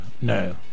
no